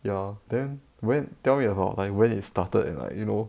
ya then when tell me about like when it started and like you know